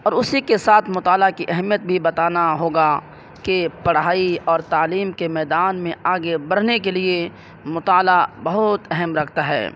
اور اسی کے ساتھ مطالعہ کی اہمیت بتانا ہوگا کہ پڑھائی اور تعلیم کے میدان میں آگے بڑھنے کے لیے مطالعہ بہت اہم رکھتا ہے